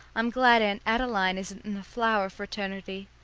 i'm glad aunt adeline isn't in the flower fraternity.